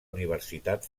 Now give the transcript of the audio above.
universitat